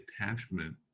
attachment